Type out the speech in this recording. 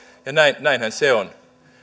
ja näinhän se on